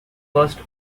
first